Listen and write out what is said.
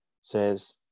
says